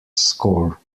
score